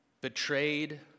betrayed